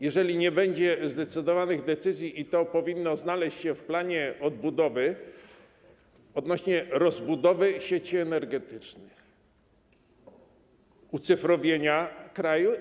Jeżeli nie będzie zdecydowanych decyzji - i to powinno znaleźć się w planie odbudowy - odnośnie do rozbudowy sieci energetycznych, ucyfrowienia kraju.